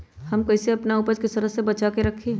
हम कईसे अपना उपज के सरद से बचा के रखी?